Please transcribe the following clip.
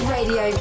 Radio